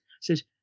says